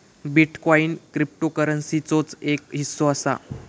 bitcoin क्रिप्टोकरंसीचोच एक हिस्सो असा